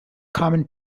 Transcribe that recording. common